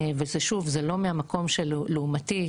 ושוב זה לא המקום שלעומתי,